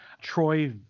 Troy